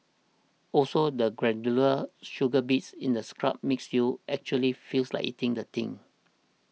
also the granular sugar bits in the scrub makes you actually feels like eating the thing